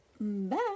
bye